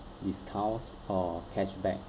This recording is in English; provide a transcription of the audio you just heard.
discounts or cashback